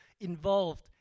involved